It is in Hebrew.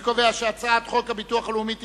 אני קובע שהצעת חוק הביטוח הלאומי (תיקון,